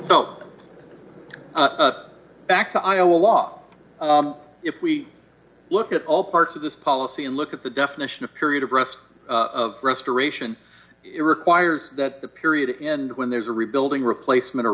stone back to iowa law if we look at all parts of this policy and look at the definition of period of rest of restoration it requires that the period and when there's a rebuilding replacement or